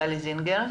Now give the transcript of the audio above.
גברתי היושבת ראש,